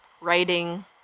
Writing